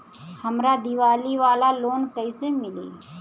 हमरा दीवाली वाला लोन कईसे मिली?